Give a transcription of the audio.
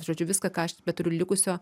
žodžiu viską ką aš beturiu likusio